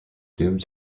doomed